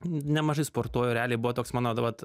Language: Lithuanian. nemažai sportuoju realiai buvo toks mano vat